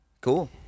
Cool